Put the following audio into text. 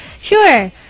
Sure